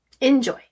Enjoy